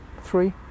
three